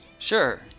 Sure